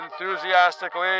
Enthusiastically